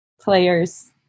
players